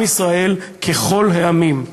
עם ישראל ככל העמים.